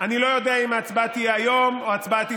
אני לא יודע אם ההצבעה תהיה היום או ההצבעה תידחה,